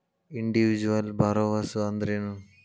Individual borrowers ಅಂದ್ರೇನು?